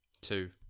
two